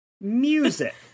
Music